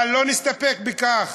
אבל לא נסתפק בכך,